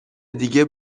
دیگه